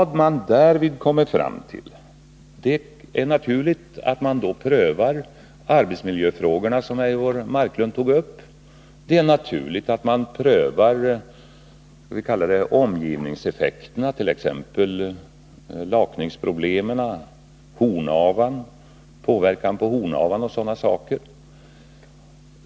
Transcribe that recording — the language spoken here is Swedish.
Det är naturligt att man därvid prövar arbetsmiljöfrågorna, som Eivor Marklund tog upp. Det är naturligt att man också prövar omgivningseffekterna, t.ex. lakningsproblemen, påverkan på Hornavan och andra sådana effekter.